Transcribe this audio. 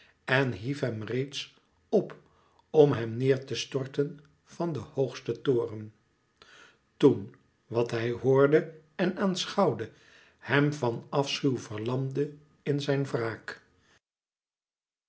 en hief hem reeds p om hem neêr te storten van den hoogsten toren toen wat hij hoorde en aanschouwde hem van afschuw verlamde in zijn wraak